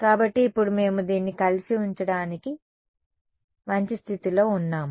కాబట్టి ఇప్పుడు మేము దీన్ని కలిసి ఉంచడానికి మంచి స్థితిలో ఉన్నాము